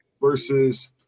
versus